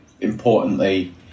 importantly